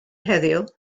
heddiw